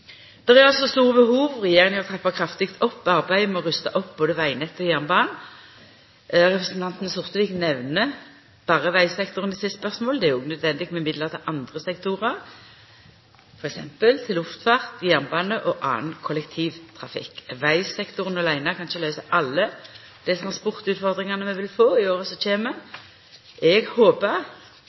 Det er altså store behov, og regjeringa har trappa kraftig opp arbeidet med å rusta opp både vegnettet og jernbanen. Representanten Sortevik nemner berre vegsektoren i sitt spørsmål. Det er òg naudsynt med midlar til andre sektorar, f.eks. til luftfart, jernbane og annan kollektivtrafikk. Vegsektoren åleine kan ikkje løysa alle dei transportutfordringane vi vil få i åra som kjem. Eg håpar